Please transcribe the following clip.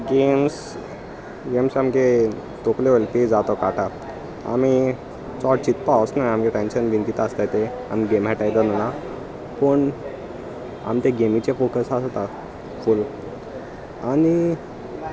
games games आमगे तकले वयलो पेज आसा तो काडटा आनी चड चितपा वोसना आमगे टेशन घेवन कित आमी गेम खेळटा तेदोना पूण आमी ते गेमीचेर फोकस आसता आनी